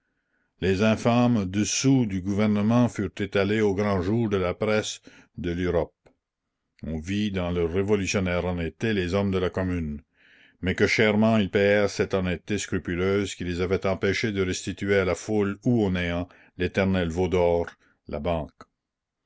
les infâmes dessous du gouvernement furent étalés au grand jour de la presse de l'europe on vit dans leur révolutionnaire honnêteté les hommes de la commune mais que chèrement ils la commune payèrent cette honnêteté scrupuleuse qui les avait empêchés de restituer à la foule ou au néant l'éternel veau d'or la